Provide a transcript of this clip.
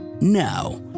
Now